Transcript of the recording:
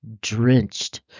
drenched